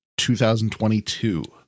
2022